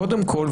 קודם כל,